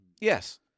Yes